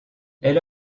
elle